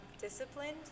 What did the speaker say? Disciplined